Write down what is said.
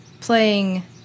playing